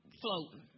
floating